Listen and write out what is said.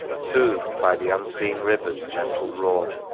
sooth'd by the unseen river's gentle roar.